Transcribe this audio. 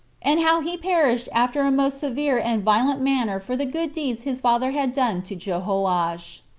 and how he perished after a most severe and violent manner for the good deeds his father had done to jehoash.